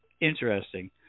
interesting